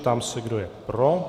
Ptám se, kdo je pro.